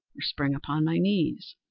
or spring upon my knees,